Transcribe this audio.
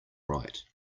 right